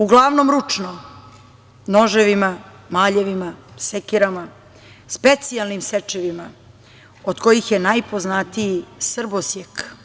Uglavnom ručno, noževima, maljevima, sekirama, specijalnim sečivima od kojih je najpoznatiji "srbosjek"